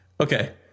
Okay